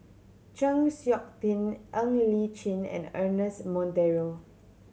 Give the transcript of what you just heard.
Chng Seok Tin Ng Li Chin and Ernest Monteiro